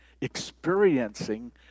experiencing